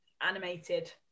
animated